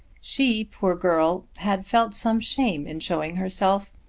she, poor girl, had felt some shame in showing herself,